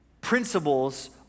principles